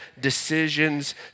decisions